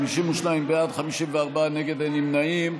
52 בעד, 54 נגד, אין נמנעים.